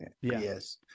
Yes